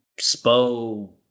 Spo